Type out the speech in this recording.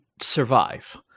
survive